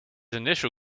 initial